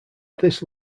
this